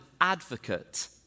advocate